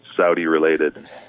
Saudi-related